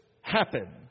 happen